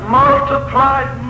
multiplied